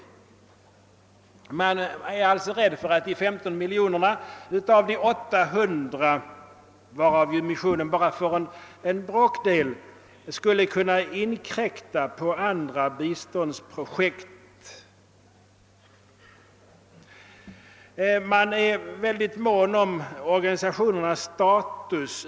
Man är alltså rädd för att 15 miljoner av 800, varav ju missionen bara får en del, skulle kunna inkräkta på andra biståndsprojekt. Man är mån om organisationernas status.